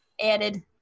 Added